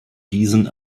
diesen